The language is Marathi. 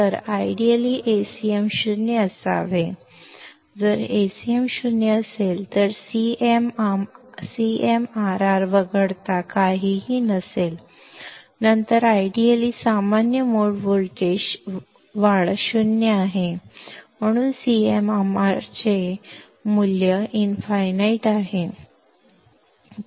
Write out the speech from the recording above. तर आदर्शपणे Acm 0 असावे जर Acm 0 असेल तर CMRR वगळता काहीही नसेल नंतर आदर्शपणे सामान्य मोड व्होल्टेज वाढ 0 आहे म्हणून CMRR चे आदर्श मूल्य इनफाईनाईट आहे